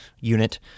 unit